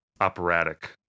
operatic